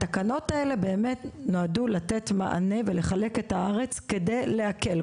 התקנות האלה באמת נועדו לתת מענה ולחלק את הארץ כדי להקל.